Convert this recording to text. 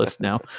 now